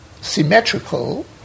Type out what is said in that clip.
symmetrical